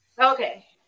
Okay